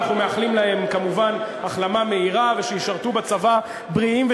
אנחנו מאחלים להם כמובן החלמה מהירה ושישרתו בצבא בריאים ושלמים.